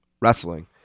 wrestling